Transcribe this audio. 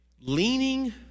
leaning